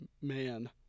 man